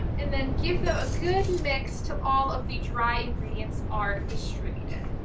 and then give them a good mix till all of the dry ingredients are distributed.